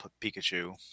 Pikachu